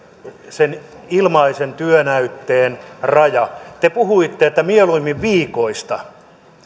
sen ilmaisen työnäytteen raja te puhuitte mieluummin viikoista